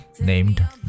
named